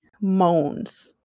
moans